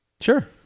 Sure